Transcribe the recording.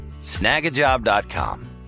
Snagajob.com